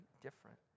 different